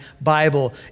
Bible